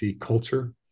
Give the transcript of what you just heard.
culture